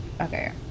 okay